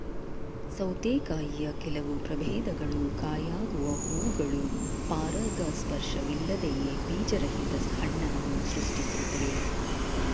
ಸೌತೆಕಾಯಿಯ ಕೆಲವು ಪ್ರಭೇದಗಳು ಕಾಯಾಗುವ ಹೂವುಗಳು ಪರಾಗಸ್ಪರ್ಶವಿಲ್ಲದೆಯೇ ಬೀಜರಹಿತ ಹಣ್ಣನ್ನು ಸೃಷ್ಟಿಸ್ತವೆ